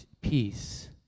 peace